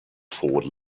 forward